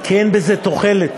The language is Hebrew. כי אין בזה תוחלת,